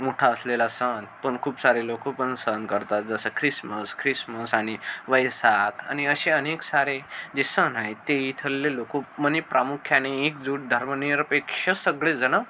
मोठा असलेला सण पण खूप सारे लोक पण सण करतात जसं ख्रिसमस ख्रिसमस आणि वैशाख आणि असे अनेक सारे जे सण आहेत ते इथले लोक म्हणे प्रामुख्याने एकजूट धर्मनिरपेक्ष सगळे जण